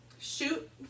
Shoot